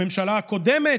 הממשלה הקודמת,